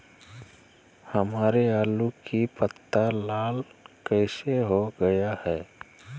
हमारे आलू की पत्ती लाल कैसे हो गया है?